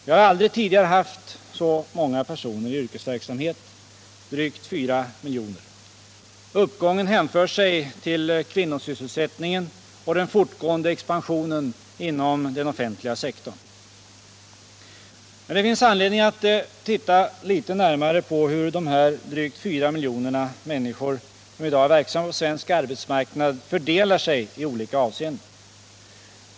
Vi har aldrig tidigare haft så många personer i yrkesverksamhet — drygt 4 miljoner. Uppgången hänför sig till kvinnosysselsättningen och den fortgående expansionen inom den offentliga sektorn. Men det finns anledning att titta litet närmare på hur dessa drygt 4 miljoner människor, som i dag är verksamma på svensk arbetsmarknad, fördelar sig i olika avseenden.